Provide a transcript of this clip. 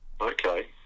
Okay